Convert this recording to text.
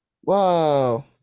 Whoa